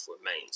remains